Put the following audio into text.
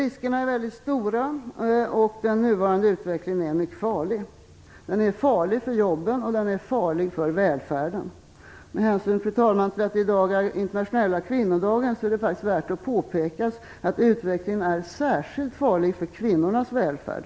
Riskerna är väldigt stora, och den nuvarande utvecklingen är mycket farlig. Den är farlig för jobben, och den är farlig för välfärden. Med hänsyn, fru talman, till att det i dag är internationella kvinnodagen är det faktiskt värt att påpeka att utvecklingen är särskilt farlig för kvinnornas välfärd.